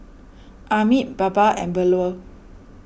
Amit Baba and Bellur